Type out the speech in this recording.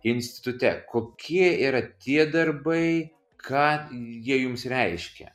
institute kokie yra tie darbai ką jie jums reiškia